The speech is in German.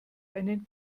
einen